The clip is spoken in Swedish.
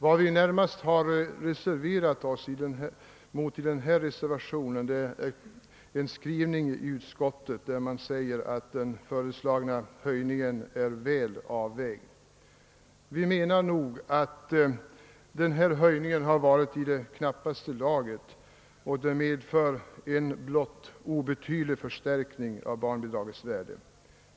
Vad vi närmast reserverat oss mot härvidlag är utskottets skrivning att höjningen är »väl avvägd». Vi menar att den föreslagna höjningen är i knappaste laget och medför en blott obetydlig förstärkning av barnbidragets värde.